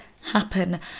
happen